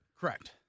Correct